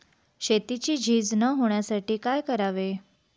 शेतीची झीज न होण्यासाठी काय करावे?